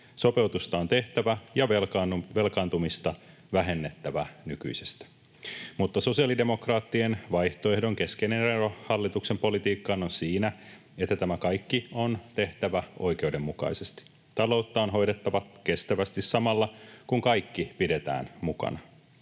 sopeutusta on tehtävä ja velkaantumista vähennettävä nykyisestä. Mutta sosiaalidemokraattien vaihtoehdon keskeinen ero hallituksen politiikkaan on siinä, että tämä kaikki on tehtävä oikeudenmukaisesti. Taloutta on hoidettava kestävästi samalla, kun kaikki pidetään mukana.